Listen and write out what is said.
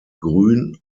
grün